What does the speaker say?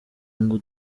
ngo